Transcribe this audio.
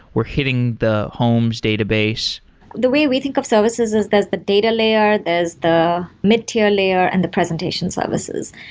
we're hitting the homes database the way we think of services is there's the data layer, there's the mid-tier layer and the presentation services.